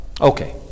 okay